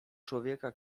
człowieka